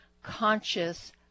conscious